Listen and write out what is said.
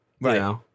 Right